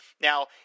Now